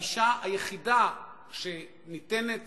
הגישה היחידה שניתנת